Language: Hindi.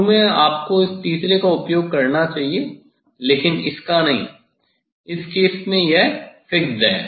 शुरू में आपको इस तीसरे का उपयोग करना चाहिए लेकिन इसका नहीं इस केस में यह फिक्स्ड है